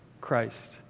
Christ